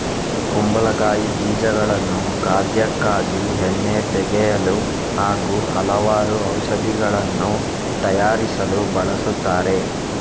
ಕುಂಬಳಕಾಯಿ ಬೀಜಗಳನ್ನು ಖಾದ್ಯಕ್ಕಾಗಿ, ಎಣ್ಣೆ ತೆಗೆಯಲು ಹಾಗೂ ಹಲವಾರು ಔಷಧಿಗಳನ್ನು ತಯಾರಿಸಲು ಬಳಸುತ್ತಾರೆ